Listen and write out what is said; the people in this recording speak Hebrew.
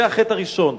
זה החטא הראשון.